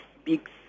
speaks